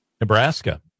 Nebraska